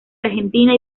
argentina